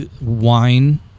wine